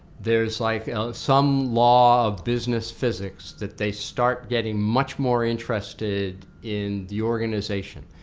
there's like some law of business physics that they start getting much more interested in the organization.